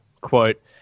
quote